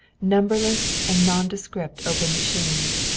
numberless and nondescript open machines,